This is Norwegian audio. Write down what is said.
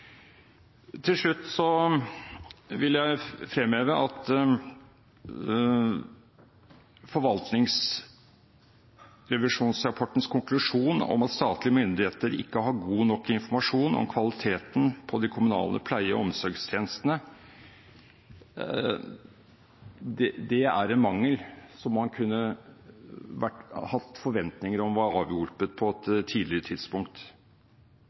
Til slutt vil jeg fremheve at forvaltningsrevisjonsrapportens konklusjon om at statlige myndigheter ikke har god nok informasjon om kvaliteten på de kommunale pleie- og omsorgstjenestene, er en mangel som man kunne hatt forventninger om var avhjulpet på et tidligere tidspunkt.